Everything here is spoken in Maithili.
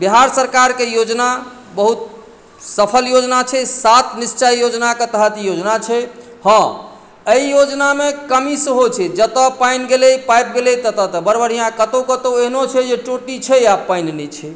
बिहार सरकारके योजना बहुत सफल योजना छै सात निश्चय योजनाके तहत ई योजना छै हँ एहि योजनामे कमी सेहो छै जतय पानि गेलै पाइप गेलै ततऽ तऽ बड़ बढ़िऑं कतौ कतौ एहनो छै जे टोटी छै आ पानि नहि छै